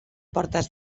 portes